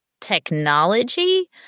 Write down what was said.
technology